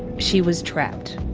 she was trapped.